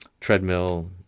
treadmill